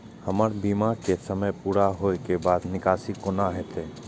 हमर बीमा के समय पुरा होय के बाद निकासी कोना हेतै?